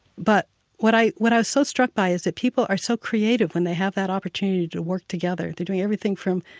but what i what i was so struck by is that people are so creative when they have that opportunity to work together. they're doing everything from,